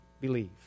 believe